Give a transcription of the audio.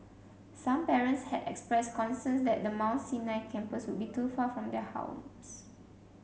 some parents had expressed concerns that the Mount Sinai campus would be too far from their homes